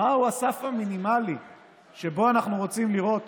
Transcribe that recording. מהו הסף המינימלי שממנו אנחנו רוצים לראות